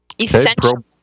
Essential